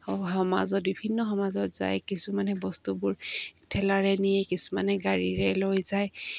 সমাজত বিভিন্ন সমাজত যায় কিছুমানে বস্তুবোৰ ঠেলাৰে নিয়ে কিছুমানে গাড়ীৰে লৈ যায়